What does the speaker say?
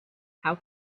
how